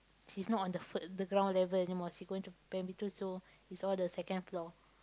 she's not on the first ground level anymore she going to primary two so it's all the second floor